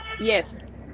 yes